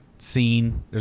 Scene